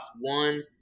One